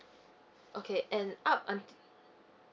okay and up until